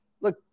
Look